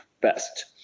Best